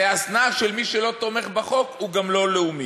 זו השנאה של "מי שלא תומך בחוק הוא גם לא לאומי";